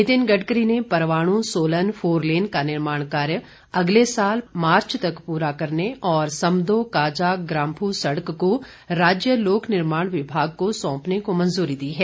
नितिन गडकरी ने परवाण सोलन फोरलेन का निर्माण कार्य अगले साल मार्च तक पूरा करने और समदो काजा ग्राम्फू सड़क को राज्य लोक निर्माण विभाग को सौंपने को मंजूरी दी है